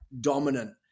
dominant